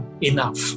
enough